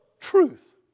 truth